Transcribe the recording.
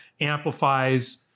amplifies